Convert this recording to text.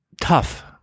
Tough